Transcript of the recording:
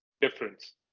difference